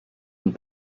und